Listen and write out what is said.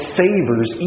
favors